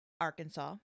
Arkansas